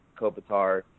Kopitar